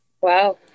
Wow